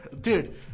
Dude